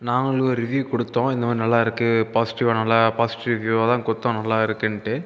நாங்களும் ரிவ்யூ கொடுத்தோம் இந்தமாதிரி நல்லா இருக்குது பாஸ்டிவ்வாக நல்லா பாஸ்டிவ் ரிவ்யூவாக தான் கொடுத்தோம் நல்லா இருக்குதுன்ட்டு